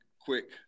quick